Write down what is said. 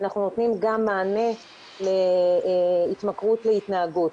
אנחנו נותנים גם מענה להתמכרות להתנהגות,